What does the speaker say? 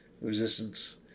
Resistance